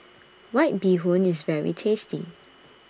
White Bee Hoon IS very tasty